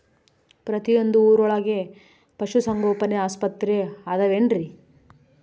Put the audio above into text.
ಪ್ರತಿಯೊಂದು ಊರೊಳಗೆ ಪಶುಸಂಗೋಪನೆ ಆಸ್ಪತ್ರೆ ಅದವೇನ್ರಿ?